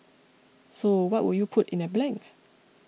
so what would you put in that blank